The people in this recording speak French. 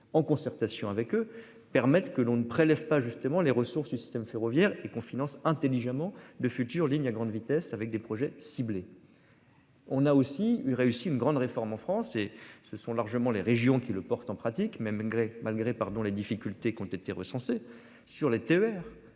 en concertation avec eux permettent que l'on ne prélève pas justement les ressources du système ferroviaire et confidences intelligemment de futures lignes à grande vitesse avec des projets ciblés.-- On a aussi eu réussi une grande réforme en France et se sont largement les régions qui le porte en pratique mais malgré, malgré, pardon les difficultés qu'ont été recensés sur les TER,